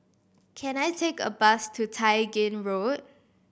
can I take a bus to Tai Gin Road